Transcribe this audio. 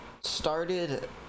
started